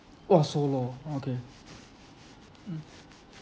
!wah! so lor okay mm